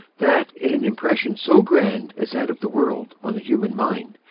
that in an impression so grand as that of the world on the human mind,